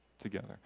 together